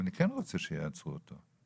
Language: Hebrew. אני כן רוצה שיעצרו אותו,